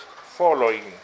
following